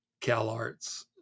CalArts